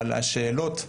אבל השאלות,